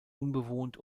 unbewohnt